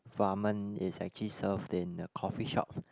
ramen is actually served in a coffee shop